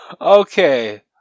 Okay